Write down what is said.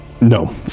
No